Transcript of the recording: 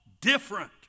different